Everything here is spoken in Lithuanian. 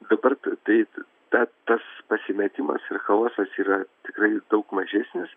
dabar tu taip bet tas pasimetimas ir chaosas yra tikrai daug mažesnis